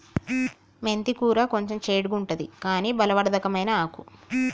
మెంతి కూర కొంచెం చెడుగుంటది కని బలవర్ధకమైన ఆకు